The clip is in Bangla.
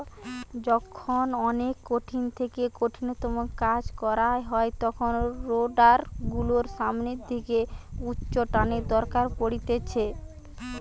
যখন অনেক কঠিন থেকে কঠিনতম কাজ কইরা হয় তখন রোডার গুলোর সামনের দিকে উচ্চটানের দরকার পড়তিছে